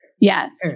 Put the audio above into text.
Yes